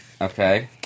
okay